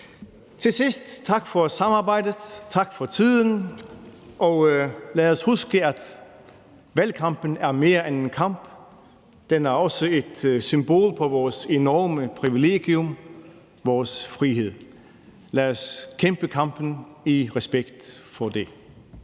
Til sidst tak for samarbejdet, tak for tiden, og lad os huske, at valgkampen er mere end en kamp. Den er også et symbol på vores enorme privilegium, vores frihed. Lad os kæmpe kampen i respekt for det.